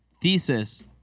thesis